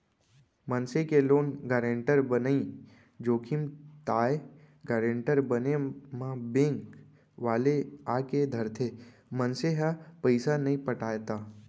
मनसे के loan guarantor बनई जोखिम ताय गारेंटर बने म बेंक वाले आके धरथे, मनसे ह पइसा नइ पटाय त